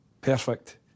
perfect